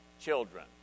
children